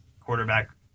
quarterback